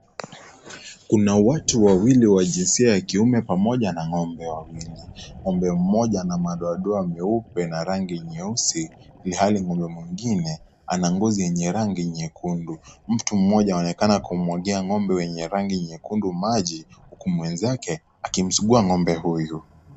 Kuna watu wawili wa jinsia ya kiume pamoja na ngombe wawili, ngombe mmoja ana madoadoa meupe na rangi nyeusi ilhali ngombe mwengine ana ngozi yenye rangi nyekundu. Mtu mmoja anaonekana kumwagia ngombe mwenye rangi nyekundu maji huku mwenzake akimsugua ngombe huyu.